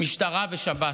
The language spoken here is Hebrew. המשטרה ושב"ס.